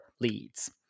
leads